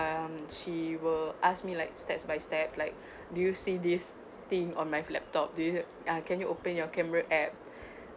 she will ask me like step by step like do you see this thing on my laptop do you ah can you open your camera app